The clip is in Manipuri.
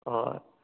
ꯍꯣꯏ